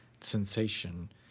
sensation